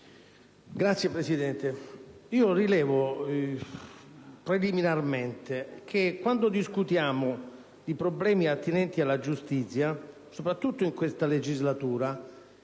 Signora Presidente, rilevo preliminarmente che quando discutiamo di problemi attinenti alla giustizia, soprattutto in questa legislatura,